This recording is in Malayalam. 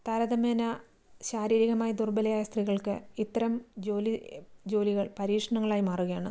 താരതമ്യേന ശാരീരികമായി ദുർബലയായ സ്ത്രീകൾക്ക് ഇത്തരം ജോലി ജോലികൾ പരീക്ഷണങ്ങളായി മാറുകയാണ്